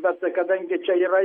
bet kadangi čia yra